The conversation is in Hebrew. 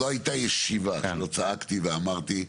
לא הייתה ישיבה שלא צעקתי ואמרתי,